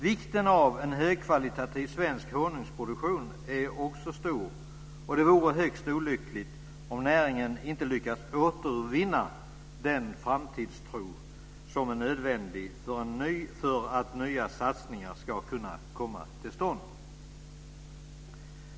Vikten av en högkvalitativ svensk honungsproduktion är stor, och det vore högst olyckligt om näringen inte lyckades återvinna den framtidstro som är nödvändig för att nya satsningar ska kunna komma till stånd.